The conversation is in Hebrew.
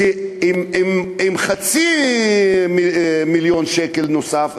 כשעם חצי מיליון שקל נוסף,